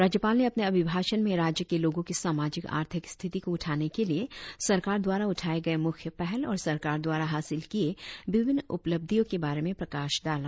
राज्यपाल ने अपने अभिभाषण में राज्य के लोगों के सामाजिक आर्थिक स्थिति को उठाने के लिए सरकार द्वारा उठाए गए मुख्य पहल और सरकार द्वारा हासिल किए विभिन्न उपलब्धिया के बारे में प्रकाश डाला